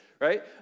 right